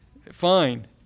Fine